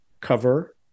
cover